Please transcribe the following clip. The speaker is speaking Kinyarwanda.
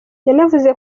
yanavuze